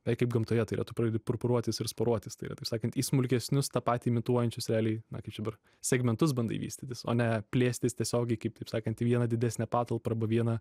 beveik kaip gamtoje tai yra tu pradedi purpuruotis ir sporuotis tai yra taip sakant į smulkesnius tą patį imituojančius realiai na kaip čia dabar segmentus bandai vystytis o ne plėstis tiesiogiai kaip taip sakant į vieną didesnę patalpą arba vieną